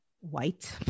white